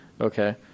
Okay